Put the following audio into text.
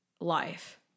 life